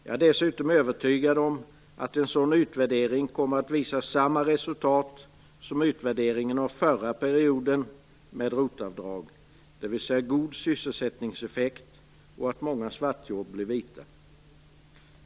Jag är dessutom övertygad om att en sådan utvärdering kommer att visa samma resultat som utvärderingen av förra perioden med ROT avdrag, dvs. god sysselsättningseffekt och att många svartjobb blir vita.